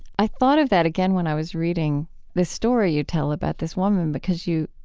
i thought of that again when i was reading the story you tell about this woman because you,